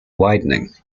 widening